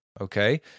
okay